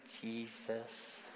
Jesus